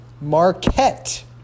Marquette